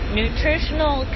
nutritional